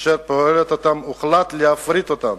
אשר מפעילה אותן, הוחלט להפריט אותן.